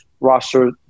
roster